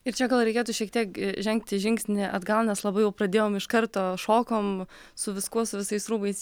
ir čia gal reikėtų šiek tiek žengti žingsnį atgal nes labai jau pradėjom iš karto šokom su viskuo su visais rūbais